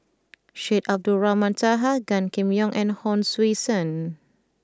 Syed Abdulrahman Taha Gan Kim Yong and Hon Sui Sen